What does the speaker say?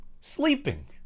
sleeping